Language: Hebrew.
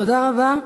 תודה רבה.